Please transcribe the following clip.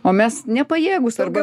o mes nepajėgūs arba